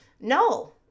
No